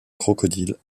crocodile